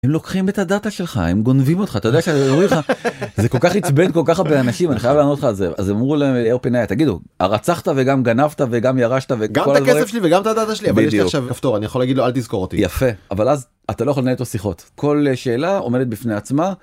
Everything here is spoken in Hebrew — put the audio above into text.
הם לוקחים את הדאטה שלך הם גונבים אותך אתה יודע שזה כל כך עצבן כל כך הרבה אנשים אני חייב לענות לך על זה אז אמרו להם ל-OpenAI תגידו הרצחת וגם גנבת וגם ירשת -גם את הכסף שלי וגם את הדאטה שלי אבל יש לי עכשיו כפתור אני יכול להגיד לו אל תזכור אותי -יפה אבל אז אתה לא יכול לנהל איתו שיחות כל שאלה עומדת בפני עצמה.